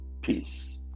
Peace